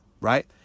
Right